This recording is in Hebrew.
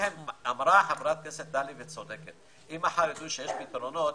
אמרה חברת הכנסת טלי בצדק אם יידעו שמחר יש פתרונות,